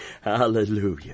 Hallelujah